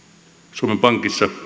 suomen pankissa